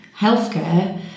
healthcare